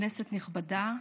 כנסת נכבדה,